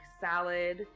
salad